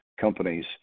companies